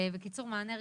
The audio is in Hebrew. בקיצור מענה רגשי,